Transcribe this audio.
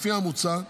לפי המוצע,